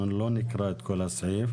אנחנו לא נקרא את כל הסעיף,